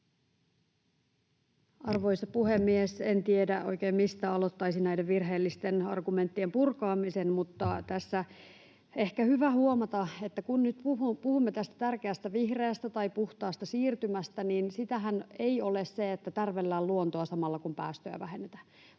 Arvoisa puhemies! En oikein tiedä, mistä aloittaisin näiden virheellisten argumenttien purkamisen. Tässä on ehkä hyvä huomata, että kun nyt puhumme tästä tärkeästä vihreästä tai puhtaasta siirtymästä, niin sitähän ei ole se, että tärvellään luontoa samalla kun päästöjä vähennetään,